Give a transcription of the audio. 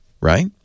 right